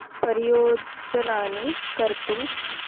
परियोजनानि कर्तुम्